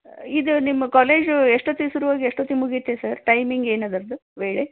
ಇದು ನಿಮ್ಮ ಕಾಲೇಜ್ ಎಷ್ಟು ಹೊತ್ತಿಗೆ ಶುರುವಾಗಿ ಎಷ್ಟು ಹೊತ್ತಿಗೆ ಮುಗಿಯುತ್ತೆ ಸರ್ ಟೈಮಿಂಗ್ ಏನು ಅದರದ್ದು ವೇಳೆ